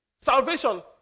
Salvation